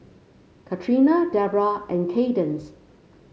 Katrina Debbra and Kaydence